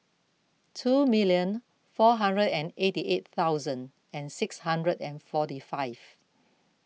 two million four hundred and eighty eight thousand six hundred and forty five